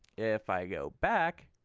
if i go back